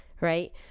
right